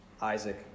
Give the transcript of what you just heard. Isaac